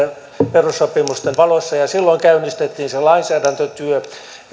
perussopimusten valossa ja silloin käynnistettiin se lainsäädäntötyö